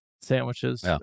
sandwiches